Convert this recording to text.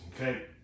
okay